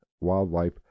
Wildlife